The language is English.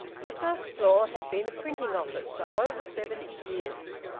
the first-floor had been a printing office for over seventy years.